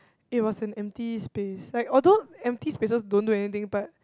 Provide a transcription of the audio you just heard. it was an empty space like although empty spaces don't do anything but